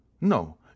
No